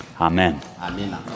Amen